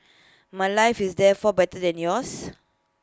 my life is therefore better than yours